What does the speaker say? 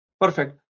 perfect